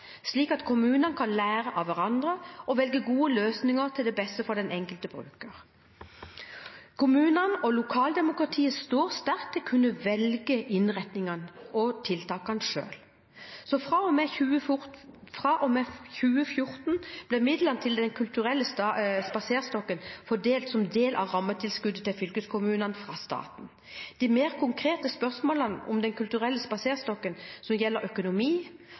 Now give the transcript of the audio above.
slik at kommunene kan lære av hverandre og velge gode løsninger til det beste for den enkelte bruker. Kommunene og lokaldemokratiet står sterkt i å kunne velge innretningene og tiltakene selv. Fra og med 2014 ble midlene til Den kulturelle spaserstokken fordelt som en del av rammetilskuddet til fylkeskommunene fra staten. De mer konkrete spørsmålene om Den kulturelle spaserstokken som gjelder økonomi,